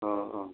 अ अ